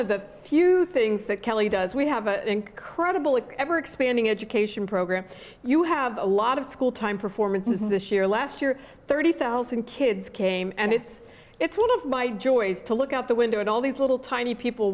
of the few things that kelly does we have an incredible it expanding education program you have a lot of school time performances this year last year thirty thousand kids came and it's it's one of my joys to look out the window and all these little tiny people